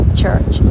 church